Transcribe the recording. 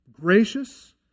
gracious